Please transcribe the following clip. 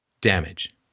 damage